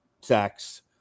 sex